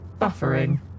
buffering